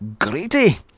greedy